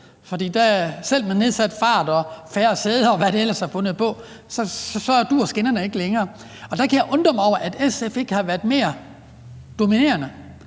for selv med nedsat fart, færre sæder, og hvad de ellers har fundet på, så duer skinnerne ikke længere. Jeg kan undre mig over, at SF ikke har været mere insisterende